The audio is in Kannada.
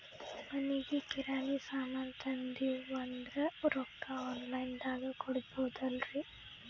ಮನಿಗಿ ಕಿರಾಣಿ ಸಾಮಾನ ತಂದಿವಂದ್ರ ರೊಕ್ಕ ಆನ್ ಲೈನ್ ದಾಗ ಕೊಡ್ಬೋದಲ್ರಿ?